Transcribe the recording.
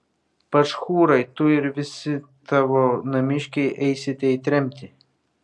pašhūrai tu ir visi tavo namiškiai eisite į tremtį